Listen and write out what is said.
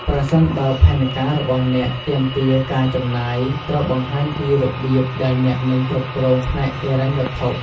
ប្រសិនបើផែនការរបស់អ្នកទាមទារការចំណាយ ត្រូវបង្ហាញពីរបៀបដែលអ្នកនឹងគ្រប់គ្រងផ្នែកហិរញ្ញវត្ថុ។